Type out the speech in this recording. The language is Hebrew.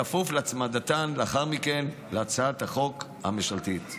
בכפוף להצמדתן לאחר מכן להצעת החוק הממשלתית.